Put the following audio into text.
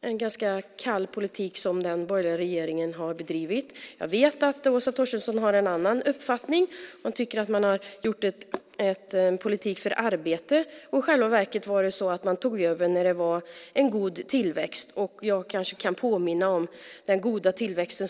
en ganska kall politik som den borgerliga regeringen har bedrivit. Jag vet att Åsa Torstensson har en annan uppfattning och tycker att man har drivit en politik för arbete. I själva verket tog man över när det var en god tillväxt. Jag kan påminna om den goda tillväxten.